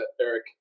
Eric